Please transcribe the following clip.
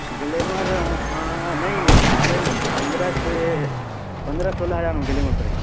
glamour ہاں نہیں نہیں بارہ نہیں پندرہ سے پندرہ سولہ ہزار میں گلیمر پڑے گا